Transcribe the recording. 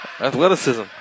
Athleticism